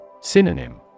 Synonym